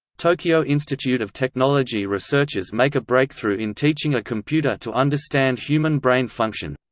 tokyo institute of technology researchers make a breakthrough in teaching a computer to understand human brain function.